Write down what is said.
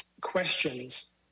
questions